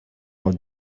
how